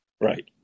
Right